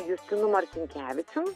justinu marcinkevičium